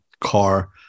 car